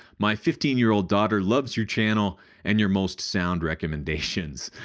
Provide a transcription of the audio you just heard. my fifteen year old daughter loves your channel and your most sound recommendations.